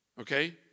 Okay